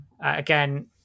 again